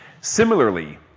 Similarly